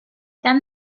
then